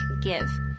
Give